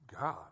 God